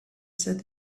said